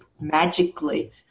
magically